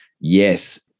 yes